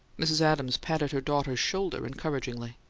mrs. adams patted her daughter's shoulder encouragingly.